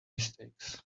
mistakes